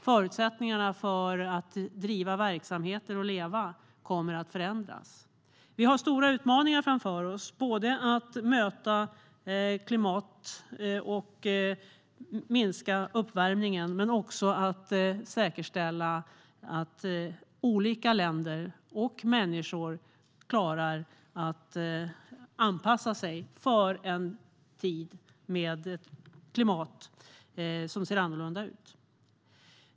Förutsättningarna för att driva verksamheter och leva kommer att förändras. Vi har stora utmaningar framför oss både när det gäller att möta klimatet och minska uppvärmningen och när det gäller att säkerställa att olika länder och människor klarar att anpassa sig för en tid med ett klimat som ser annorlunda ut.